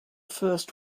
first